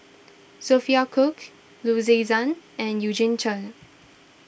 Sophia Cooke Loo Zihan and Eugene Chen